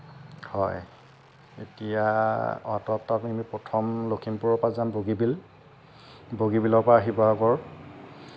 হয় এতিয়া অহাটো সপ্তাহত আমি প্ৰথম লখিমপুৰৰ পৰা যাম বগীবিল বগীবিলৰ পৰা শিৱসাগৰ